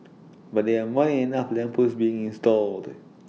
but there are more enough lamp posts being installed